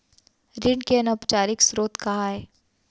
ऋण के अनौपचारिक स्रोत का आय?